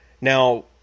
now